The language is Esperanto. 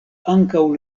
ankaŭ